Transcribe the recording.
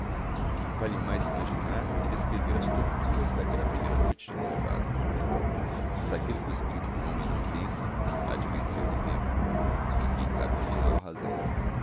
vale mais imaginar que descrever as torturas daquela primeira noite de noivado mas aquilo que o espírito do homem não vence há de vencê lo o tempo a quem cabe final razão